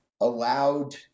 allowed